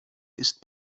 ist